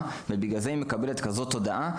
ולכן היא גם מקבלת כזו תודעה.